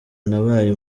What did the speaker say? nabaye